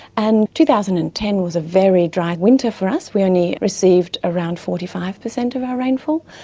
and two thousand and ten was a very dry winter for us, we only received around forty five percent of our rainfall.